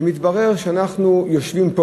ומתברר שאנחנו יושבים פה,